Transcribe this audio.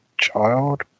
Child